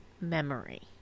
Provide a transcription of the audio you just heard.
memory